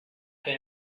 been